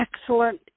excellent